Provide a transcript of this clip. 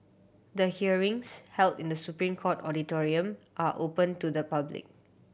the hearings held in The Supreme Court auditorium are open to the public